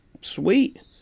sweet